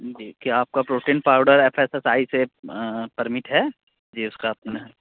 जी क्या आपका protein powder F S S I से परमिट है जी उसका अपना